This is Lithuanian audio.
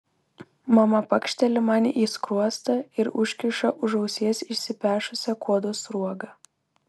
mama pakšteli man į skruostą ir užkiša už ausies išsipešusią kuodo sruogą